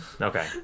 Okay